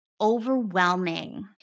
overwhelming